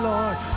Lord